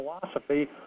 philosophy